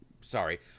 sorry